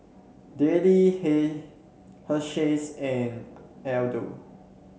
Darlie hey Hersheys and Aldo